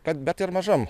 kad bet ir mažam